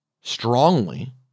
strongly